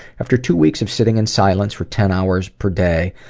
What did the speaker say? after two weeks of sitting in silence for ten hours per day,